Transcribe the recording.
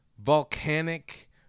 Volcanic